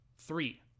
Three